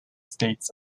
states